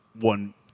one